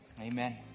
Amen